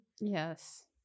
yes